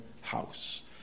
house